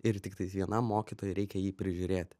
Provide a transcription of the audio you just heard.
ir tiktais vienam mokytojui reikia jį prižiūrėt